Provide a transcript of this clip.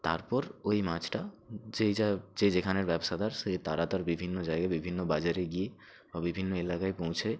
তারপর ওই মাছটা যেই যা যে যেখানের ব্যবসাদার সেই তারা তার বিভিন্ন জায়গায় বিভিন্ন বাজারে গিয়ে বা বিভিন্ন এলাকায় পৌঁছে